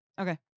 okay